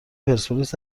پرسپولیس